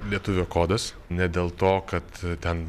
lietuvio kodas ne dėl to kad ten